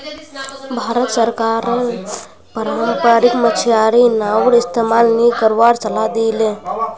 भारत सरकार पारम्परिक मछियारी नाउर इस्तमाल नी करवार सलाह दी ले